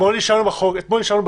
אתמול אישרנו חוק